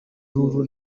lulu